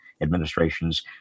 administrations